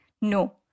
No